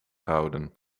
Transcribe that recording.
houden